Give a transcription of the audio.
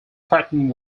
threatening